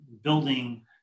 building